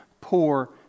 poor